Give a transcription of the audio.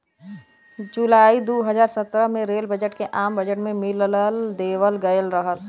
जुलाई दू हज़ार सत्रह में रेल बजट के आम बजट में मिला देवल गयल रहल